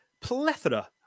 plethora